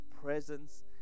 presence